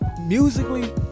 Musically